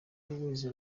always